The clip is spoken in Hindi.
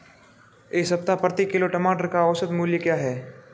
इस सप्ताह प्रति किलोग्राम टमाटर का औसत मूल्य क्या है?